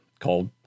called